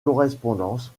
correspondances